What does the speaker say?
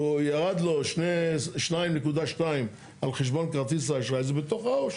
הוא ירד לו 2.2 על חשבון כרטיס האשראי זה בתוך העו"ש,